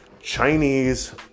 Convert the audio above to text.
Chinese